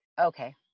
Okay